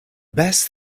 best